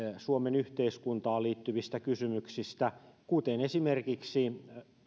suomen yhteiskuntaan liittyvistä kysymyksistä kuten esimerkiksi